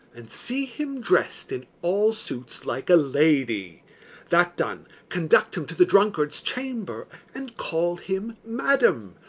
and see him dress'd in all suits like a lady that done, conduct him to the drunkard's chamber, and call him madam,